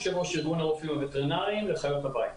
יושב-ראש ארגון הרופאים הווטרינריים לחיות הבית.